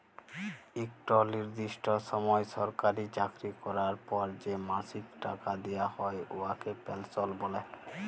ইকট লিরদিষ্ট সময় সরকারি চাকরি ক্যরার পর যে মাসিক টাকা দিয়া হ্যয় উয়াকে পেলসল্ ব্যলে